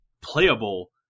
playable